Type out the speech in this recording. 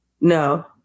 No